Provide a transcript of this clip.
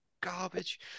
garbage